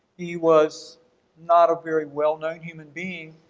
he was not a very well known human being.